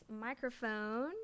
microphone